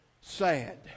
sad